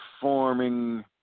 forming